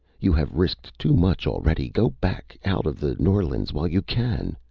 you have risked too much already. go back, out of the norlands, while you can.